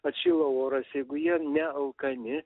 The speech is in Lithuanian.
atšilo oras jeigu jie nealkani